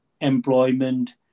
employment